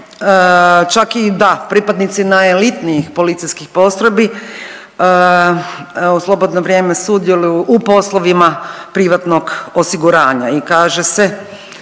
čak i da pripadnici najelitnijih policijskih postrojbi u slobodno vrijeme sudjeluju u poslovima privatnog osiguranja. I kaže se